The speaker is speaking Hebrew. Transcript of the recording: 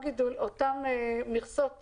אותן אצוות